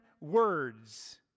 words